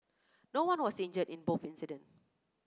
no one was injured in both incident